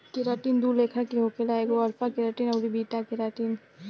keratin दू लेखा के होखेला एगो अल्फ़ा केराटिन अउरी बीटा केराटिन